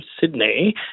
Sydney